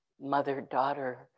mother-daughter